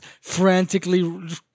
frantically